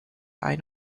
ein